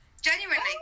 Genuinely